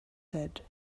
said